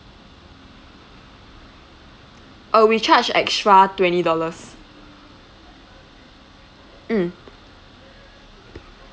uh we charge extra twenty dollars mm